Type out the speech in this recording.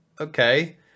okay